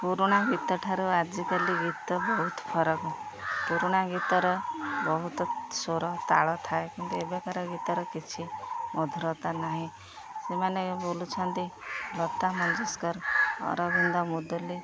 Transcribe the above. ପୁରୁଣା ଗୀତଠାରୁ ଆଜିକାଲି ଗୀତ ବହୁତ ଫରକ୍ ପୁରୁଣା ଗୀତର ବହୁତ ସ୍ୱର ତାଳ ଥାଏ କିନ୍ତୁ ଏବେକାର ଗୀତର କିଛି ମଧୁରତା ନାହିଁ ସେମାନେ ଭୁଲୁଛନ୍ତି ଲତା ମଞ୍ଜସ୍କର ଅରବିନ୍ଦ ମୁଦଲି